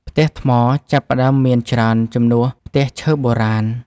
ផ្ទះថ្មចាប់ផ្ដើមមានច្រើនជំនួសផ្ទះឈើបុរាណ។